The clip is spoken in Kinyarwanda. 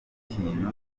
ikintu